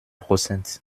prozent